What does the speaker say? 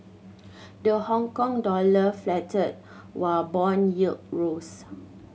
the Hongkong dollar faltered while bond yield rose